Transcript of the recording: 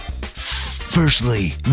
Firstly